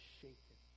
shaken